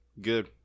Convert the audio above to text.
Good